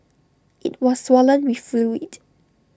IT was swollen with fluid